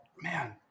man